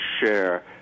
share